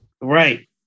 Right